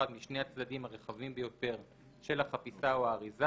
משני הצדדים הרחבים ביותר של החפיסה או האריזה,